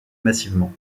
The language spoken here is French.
massivement